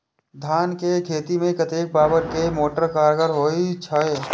धान के खेती में कतेक पावर के मोटर कारगर होई छै?